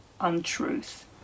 untruth